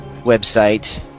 website